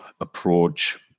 approach